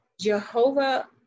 Jehovah